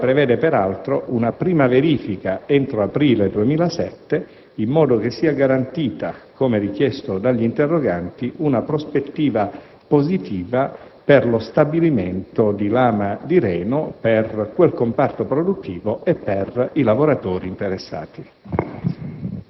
il quale prevede, peraltro, una prima verifica entro aprile 2007, in modo che sia garantita, come richiesto dagli interroganti, una prospettiva positiva per lo stabilimento di Lama di Reno, per quel comparto produttivo e per i lavoratori interessati.